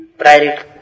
priority